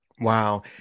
Wow